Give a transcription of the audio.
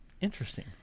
Interesting